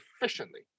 efficiently